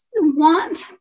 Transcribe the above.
want